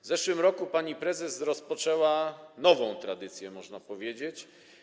W zeszłym roku pani prezes zainicjowała nową tradycję, można powiedzieć.